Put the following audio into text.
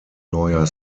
neuer